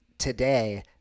today